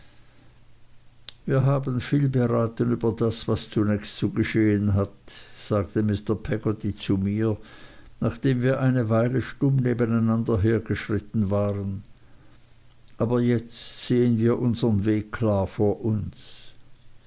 wir haben viel beraten über das was zunächst zu geschehen hat sagte mr peggotty zu mir nachdem wir eine weile stumm nebeneinander hergeschritten waren aber jetzt sehen wir unsern weg klar vor uns